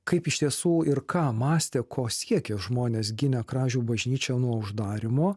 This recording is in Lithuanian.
kaip iš tiesų ir ką mąstė ko siekė žmonės gynė kražių bažnyčią nuo uždarymo